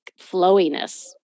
flowiness